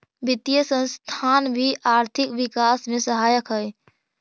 वित्तीय संस्थान भी आर्थिक विकास में सहायक हई